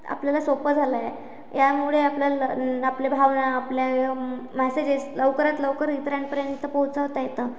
आपल्याला सोपं झालं आहे यामुळे आपल्याला ल आपले भावना आपल्या मॅसेजीस लवकरात लवकर इतरांपर्यंत पोहोचवता येतं